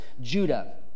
Judah